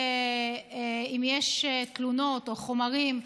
אם יש תלונות או חומרים,